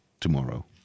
tomorrow